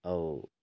ଆଉ